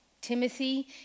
timothy